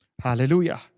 Hallelujah